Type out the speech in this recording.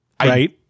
Right